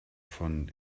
von